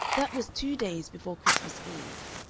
that was two days before christmas eve.